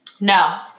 No